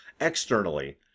externally